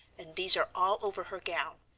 and these are all over her gown.